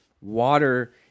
Water